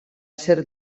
ser